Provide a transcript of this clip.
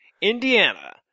Indiana